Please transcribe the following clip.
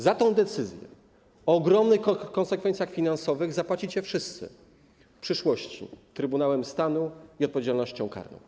Za tę decyzję, o ogromnych konsekwencjach finansowych, zapłacicie wszyscy w przyszłości Trybunałem Stanu i odpowiedzialnością karną.